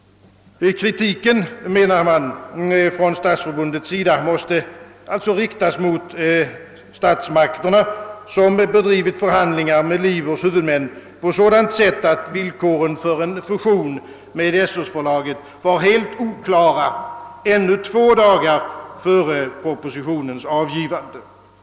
De borgerliga ledamöterna i Stadsförbundets styrelse menar också att kritik måste riktas mot statsmakterna, som har fört förhandlingar med bokförlaget Libers huvudmän på sådant sätt att villkoren för en fusion med Sö-förlaget var helt oklara ännu två dagar innan propositionen lades fram.